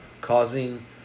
causing